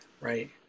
right